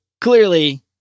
clearly